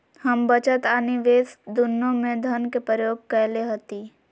हम बचत आ निवेश दुन्नों में धन के प्रयोग कयले हती